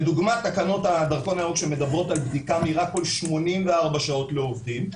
לדוגמא תקנות הדרכון הירוק שמדברות על בדיקה מהירה כל 84 שעות לעובדים,